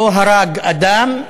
לא הרג אדם,